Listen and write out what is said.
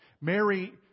Mary